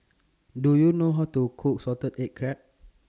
Do YOU know How to Cook Salted Egg Crab